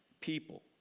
people